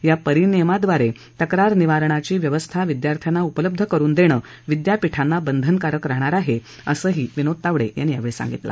या परिनियमाद्वारे तक्रार निवारणाची व्यवस्था विद्यार्थ्यांना उपलब्ध करुन देणे विद्यापीठांना बंधनकारक राहणार आहे असंही विनोद तावडे यांनी सांगितलं